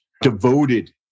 devoted